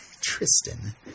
Tristan